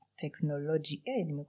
technology